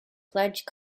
pledge